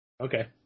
Okay